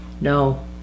No